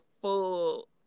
full